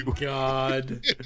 God